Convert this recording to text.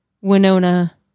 Winona